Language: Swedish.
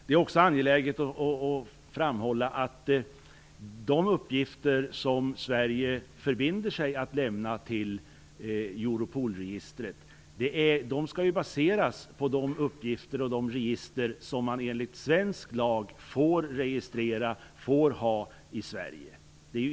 Det är också angeläget att framhålla att de uppgifter som Sverige förbinder sig att lämna till Europolregistret skall baseras på de uppgifter och de register som man enligt svensk lag får ha i Sverige.